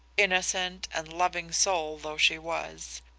innocent and loving soul though she was!